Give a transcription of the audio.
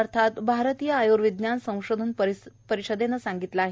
अर्थात भारतीय आय्र्विज्ञान संशोधन परिषदेनं सांगितलं आहे